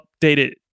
updated